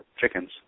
chickens